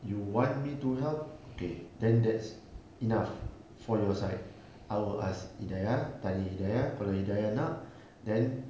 you want me to help okay then that's enough for your side I will ask hidayah tanya hidayah kalau hidayah nak then